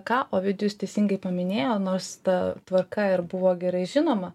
ką ovidijus teisingai paminėjo nors ta tvarka ir buvo gerai žinoma